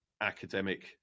academic